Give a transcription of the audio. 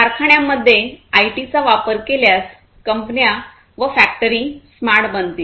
कारखान्यांमध्ये आयटीचा वापर केल्यास कंपन्या व फॅक्टरी स्मार्ट बनतील